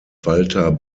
walter